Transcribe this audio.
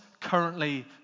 currently